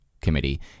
Committee